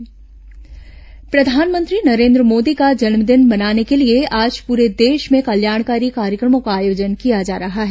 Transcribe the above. प्रधानमंत्री जन्मदिन प्रधानमंत्री नरेन्द्र मोदी का जन्मदिन मनाने के लिए आज पूरे देश में कल्याणकारी कार्यक्रमों का आयोजन किया जा रहा है